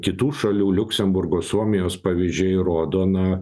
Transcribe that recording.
kitų šalių liuksemburgo suomijos pavyzdžiai rodo na